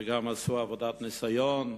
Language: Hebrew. וגם עשו עבודת ניסיון.